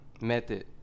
method